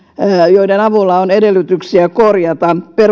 joiden avulla on edellytyksiä korjata